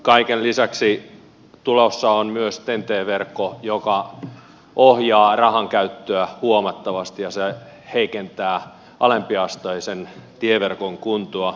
kaiken lisäksi tulossa on myös ten t verkko joka ohjaa rahankäyttöä huomattavasti ja se heikentää alempiasteisen tieverkon kuntoa